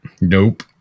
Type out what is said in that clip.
nope